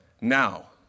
now